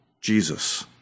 Jesus